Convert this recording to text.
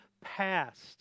past